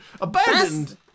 Abandoned